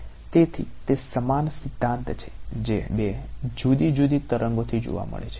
તેથી તે સમાન સિદ્ધાંત છે જે બે જુદી જુદી તરંગોથી જોવા મળે છે